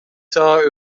saa